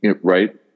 right